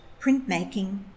printmaking